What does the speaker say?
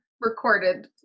recorded